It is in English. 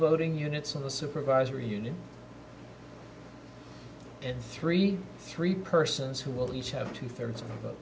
voting units in the supervisory unit and three three persons who will each have two thirds